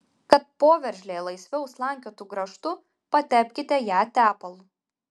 kad poveržlė laisviau slankiotų grąžtu patepkite ją tepalu